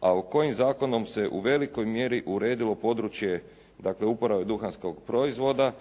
a u kojim zakonom se u velikoj mjeri uredilo područje dakle uporabe duhanskog proizvoda